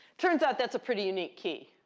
turns out that's a pretty unique key.